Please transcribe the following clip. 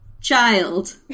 child